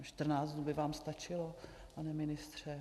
Čtrnáct dnů by vám stačilo, pane ministře?